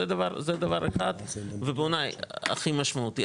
זה דבר אחד, ובעיני הכי משמעותי.